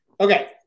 Okay